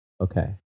okay